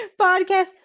podcast